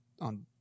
on